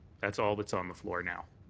that's all that's on the floor now.